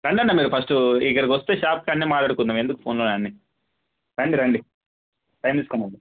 రండి అన్న మీరు ఫస్టు ఇక్కడకి వస్తే షాపు కాడనే మాట్లాడుకుందాము ఎందుకు ఫోన్లోనే అన్నీ రండి రండి టైం చూసుకొని రండి